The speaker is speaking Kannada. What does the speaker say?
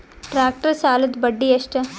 ಟ್ಟ್ರ್ಯಾಕ್ಟರ್ ಸಾಲದ್ದ ಬಡ್ಡಿ ಎಷ್ಟ?